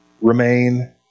remain